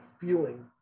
feeling